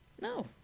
No